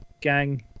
gang